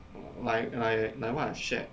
my I like what I've shared